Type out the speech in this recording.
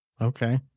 okay